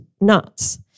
nuts